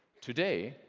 today,